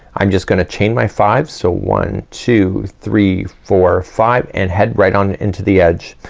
i'm just gonna chain my five. so one two three four five, and head right on into the edge.